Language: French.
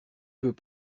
veut